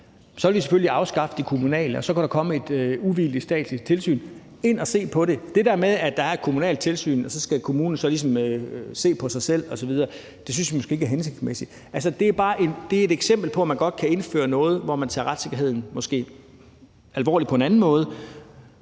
Så ville vi selvfølgelig afskaffe det kommunale tilsyn, og så kunne der komme et uvildigt statsligt tilsyn ind at se på det. Det der med, at der er kommunalt tilsyn, og at kommunen ligesom skal se på sig selv osv., synes vi måske ikke er hensigtsmæssigt. Altså, det er et eksempel på, at man godt kan indføre noget, hvor man måske tager retssikkerheden alvorligt på en anden måde,